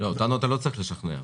אותנו אתה לא צריך לשכנע.